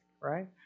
right